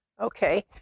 okay